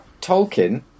Tolkien